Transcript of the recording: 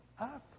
up